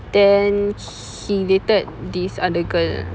then he dated this other girl